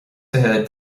fiche